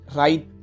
right